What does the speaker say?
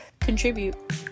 contribute